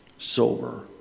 Sober